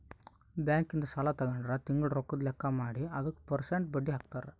bank ಇಂದ ಸಾಲ ತಗೊಂಡ್ರ ತಿಂಗಳ ರೊಕ್ಕದ್ ಲೆಕ್ಕ ಮಾಡಿ ಅದುಕ ಪೆರ್ಸೆಂಟ್ ಬಡ್ಡಿ ಹಾಕ್ತರ